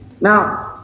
Now